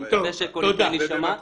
אני מקווה שקולי ישמע.